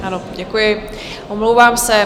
Ano, děkuji, omlouvám se.